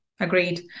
Agreed